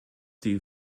die